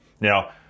Now